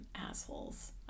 assholes